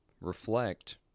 reflect